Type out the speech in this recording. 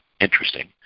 interesting